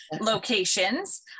locations